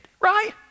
right